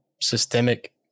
systemic